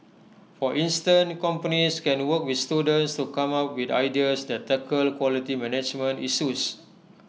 for instant companies can work with students to come up with ideas that tackle quality management issues